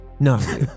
No